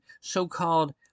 so-called